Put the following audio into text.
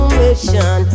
mission